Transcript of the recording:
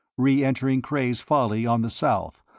reentering cray's folly on the south,